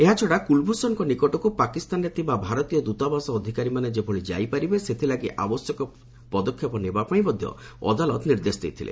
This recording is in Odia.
ଏହାଛଡ଼ା କୁଳଭ୍ ଷଣଙ୍କ ନିକଟକୁ ପାକିସ୍ତାନରେ ଥିବା ଭାରତୀୟ ଦୂତାବାସ ଅଧିକାରୀମାନେ ଯେଭଳି ଯାଇପାରିବେ ସେଥିଲାଗି ଆବଶ୍ୟକ ପଦକ୍ଷେପ ନେବା ପାଇଁ ମଧ୍ୟ ଅଦାଲତ ନିର୍ଦ୍ଦେଶ ଦେଇଥିଲେ